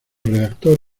redactor